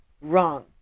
wrong